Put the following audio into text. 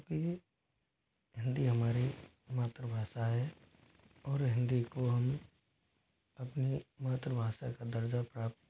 क्योंकि हिंदी हमारी मातृभाषा है और हिंदी को हम अपनी मातृभाषा का दर्जा प्राप्त